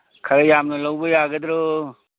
ꯈꯔ ꯌꯥꯝꯅ ꯂꯧꯕ ꯌꯥꯒꯗ꯭ꯔꯣ